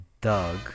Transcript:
Doug